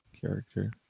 character